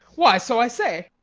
why, so i say.